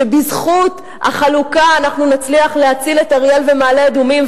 שבזכות החלוקה אנחנו נצליח להציל את אריאל ומעלה-אדומים,